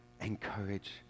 encourage